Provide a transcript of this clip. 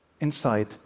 inside